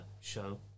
show